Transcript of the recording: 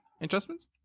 adjustments